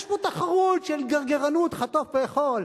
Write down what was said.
יש פה תחרות של גרגרנות: חטוף ואכול,